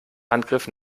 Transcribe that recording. handgriff